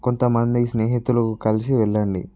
కొంతమంది స్నేహితులు కలిసి వెళ్ళండి